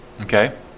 Okay